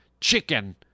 chicken